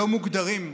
לא מוגדרים.